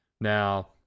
Now